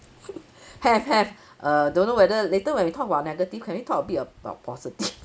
have have err don't know whether later when we talk about negative can we talk a bit about positive